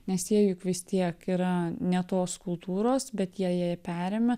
nes jie juk vis tiek yra ne tos kultūros bet jie ją ją perėmė